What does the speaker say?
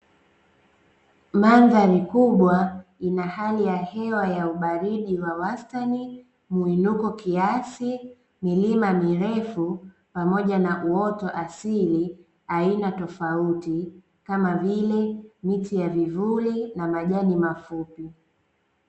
Mandhari kubwa ina hali ya hewa ya ubaridi wa wastani, mwinuko kiasi, milima mirefu pamoja na uoto asili wa aina tofauti; kama vile: miti ya vivuli na majani mafupi.